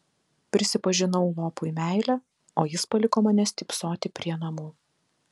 prisipažinau lopui meilę o jis paliko mane stypsoti prie namų